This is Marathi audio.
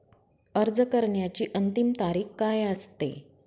अर्ज करण्याची अंतिम तारीख काय असते?